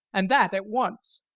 and that at once.